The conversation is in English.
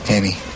Annie